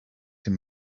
him